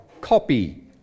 copy